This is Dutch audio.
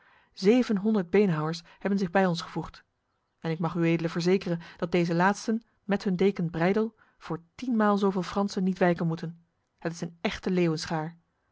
zevenhonderd beenhouwers hebben zich bij ons gevoegd en ik mag uedele verzekeren dat deze laatsten met hun deken breydel voor tienmaal zoveel fransen niet wijken moeten het is een echte